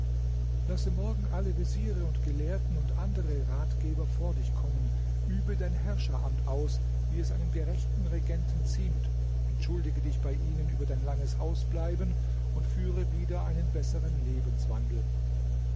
lasse morgen alle veziere und gelehrten und andere ratgeber vor dich kommen übe dein herrscheramt aus wie es einem gerechten regenten ziemt entschuldige dich bei ihnen über dein langes ausbleiben und führe wieder einen bessern lebenswandel